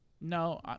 No